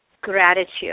gratitude